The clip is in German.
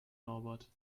norbert